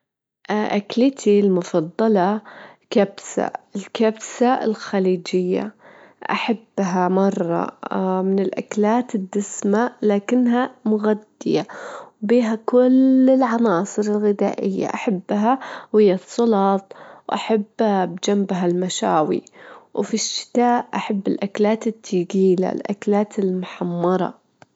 المسافة اللي أجدر أمشيها حوالي خمستاشر إلى عشرين كيلومتر في اليوم يعني- الواحد يعني إذ كانت الأرض مستوية ومريحة، بس طبعًا آخد فترات راحة.